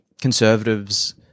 conservatives